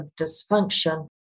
dysfunction